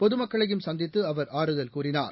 பொதுமக்களையும் சந்தித்துஅவர் ஆறுதல் கூறினார்